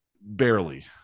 barely